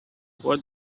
what